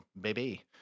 baby